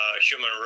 human